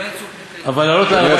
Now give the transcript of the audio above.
אבל לעלות להר-הבית,